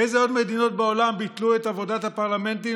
באילו עוד מדינות בעולם ביטלו את עבודת הפרלמנטים